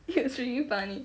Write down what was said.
it is pretty funny